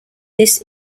this